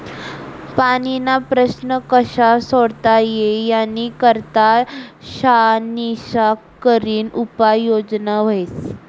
पाणीना प्रश्न कशा सोडता ई यानी करता शानिशा करीन उपाय योजना व्हस